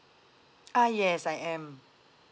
uh yes I am